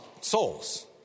souls